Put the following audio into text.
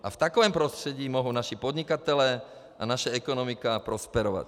A v takovém prostředí mohou naši podnikatelé a naše ekonomika prosperovat.